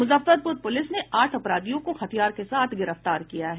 Muzaffarpur police ने आठ अपराधियों को हथियार के साथ गिरफ्तार किया है